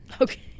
Okay